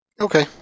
Okay